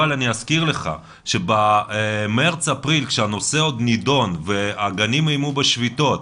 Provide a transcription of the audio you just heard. אבל אני אזכיר לך שבמרץ-אפריל כשהנושא עוד נידון והגנים איימו בשביתות,